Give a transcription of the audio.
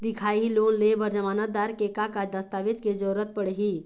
दिखाही लोन ले बर जमानतदार के का का दस्तावेज के जरूरत पड़ही?